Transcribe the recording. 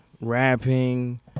rapping